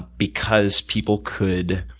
because people could